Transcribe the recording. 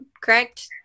correct